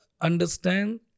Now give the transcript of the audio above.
understand